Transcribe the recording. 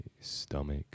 stomach